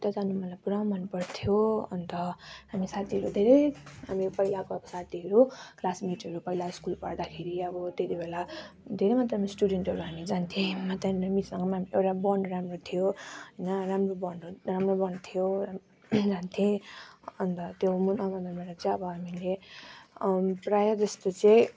त्यहाँ जानु मलाई पुरा मन पर्थ्यो अन्त हामी साथीहरू धेरै हामी पहिलाको साथीहरू क्लासमेटहरू पहिला स्कुल पढ्दाखेरि अब त्यति बेला धेरै मात्रामा स्टुडेन्टहरू हामी जान्थ्यौँ त्यहाँनिर मिससँग मेम एउटा बोन्ड राम्रो थियो जहाँ राम्रो बोन्ड राम्रो बोन्ड थियो जान्थेँ अन्त त्यो मुना मदनबाट चाहिँ अब हामीले प्रायः जस्तो चाहिँ